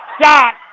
Shot